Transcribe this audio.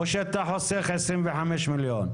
או שאתה חוסך 25 מיליון?